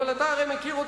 אבל אתה הרי מכיר אותם,